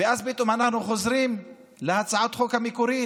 ואז פתאום אנחנו חוזרים להצעת החוק המקורית,